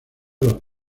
los